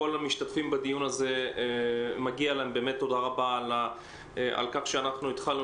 לכל המשתתפים בדיון הזה מגיעה תודה רבה על כך שהתחלנו